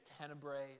tenebrae